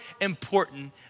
important